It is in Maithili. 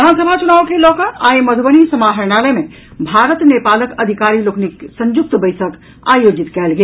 विधानसभा चुनाव के लऽ कऽ आइ मधुबनी समाहरणालय मे भारत नेपालक अधिकारी लोकनिक संयुक्त बैसक आयोजित कयल गेल